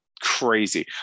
crazy